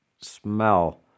smell